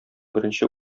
беренче